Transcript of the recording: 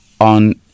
On